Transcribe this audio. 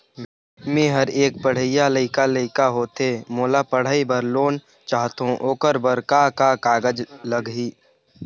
मेहर एक पढ़इया लइका लइका होथे मोला पढ़ई बर लोन चाहथों ओकर बर का का कागज लगही?